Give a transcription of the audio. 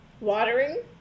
watering